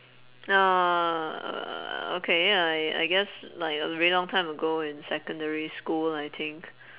uh okay I I guess like a very long time ago in secondary school I think